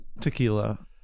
Tequila